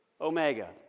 omega